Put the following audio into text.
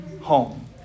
home